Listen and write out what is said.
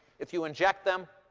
if you inject them,